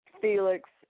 Felix